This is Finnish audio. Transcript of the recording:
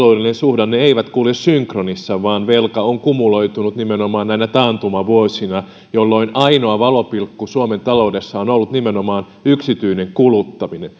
suhdanne eivät kulje synkronissa vaan velka on kumuloitunut nimenomaan näinä taantumavuosina jolloin ainoa valopilkku suomen taloudessa on ollut nimenomaan yksityinen kuluttaminen